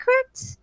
correct